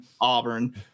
Auburn